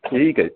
ਠੀਕ ਹੈ